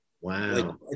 Wow